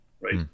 right